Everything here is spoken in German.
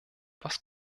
was